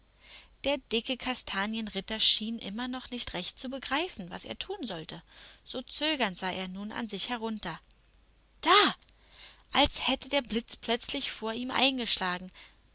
der dicke kastanienritter schien immer noch nicht recht zu begreifen was er tun sollte so zögernd sah er nun an sich herunter da als hätte der blitz plötzlich vor ihm eingeschlagen